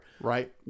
Right